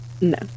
No